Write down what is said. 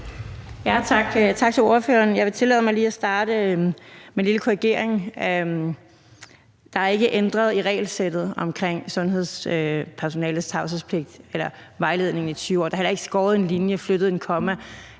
tak til ordføreren. Jeg vil tillade mig lige at starte med en lille korrigering. Der er ikke ændret i regelsættet eller vejledningen om sundhedspersonalets tavshedspligt i 20 år. Der er heller ikke skåret en linje eller flyttet et komma.